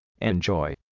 Enjoy